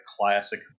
classic